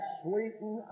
sweeten